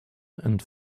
and